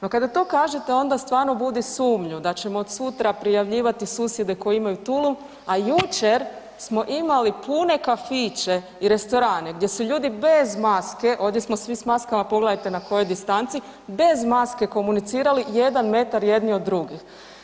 No kada to kažete onda stvarno budu sumnju da ćemo od sutra prijavljivati susjede koji imaju tulum, a jučer smo imali pune kafiće i restorane gdje su ljudi bez maske, ovdje smo svi s maskama pogledajte na kojoj distanci, bez maske komunicirali jedan metar jedni od drugih.